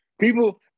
People